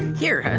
here.